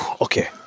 Okay